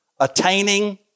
Attaining